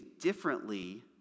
differently